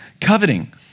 coveting